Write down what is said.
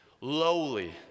lowly